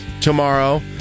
tomorrow